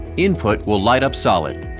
input will light up solid.